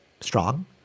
strong